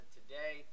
today